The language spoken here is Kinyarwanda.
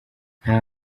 nta